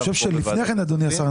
אני חושב שלפני כן אדוני השר,